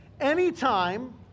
Anytime